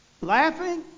Laughing